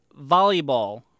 volleyball